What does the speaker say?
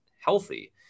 healthy